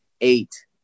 eight